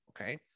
okay